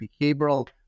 behavioral